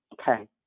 Okay